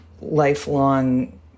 lifelong